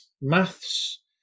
maths